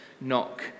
knock